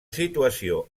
situació